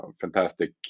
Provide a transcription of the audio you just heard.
fantastic